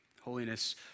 Holiness